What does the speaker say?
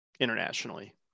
internationally